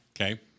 Okay